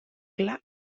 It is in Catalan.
clar